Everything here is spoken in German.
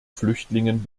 flüchtlingen